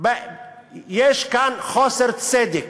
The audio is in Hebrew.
יש כאן חוסר צדק.